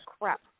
crap